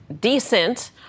decent